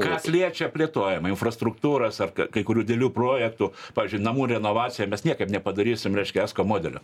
kas liečia plėtojimą infrastruktūros ar kai kurių delių projektų pavyzdžiui namų renovaciją mes niekaip nepadarysim reiškia esko modeliu